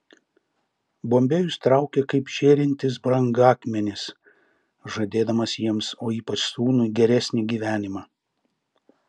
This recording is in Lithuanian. bombėjus traukia kaip žėrintis brangakmenis žadėdamas jiems o ypač sūnui geresnį gyvenimą